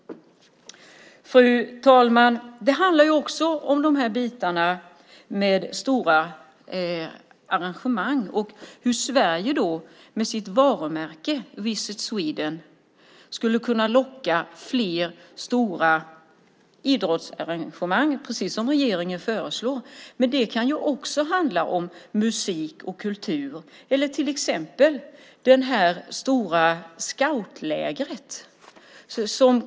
Fru talman! Det handlar också om stora arrangemang och hur Sverige med sitt varumärke Visit Sweden skulle kunna locka fler stora idrottsarrangemang, precis som regeringen föreslår, men det kan ju också handla om musik och kultur eller till exempel det här stora scoutlägret.